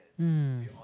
hmm